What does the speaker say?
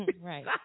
Right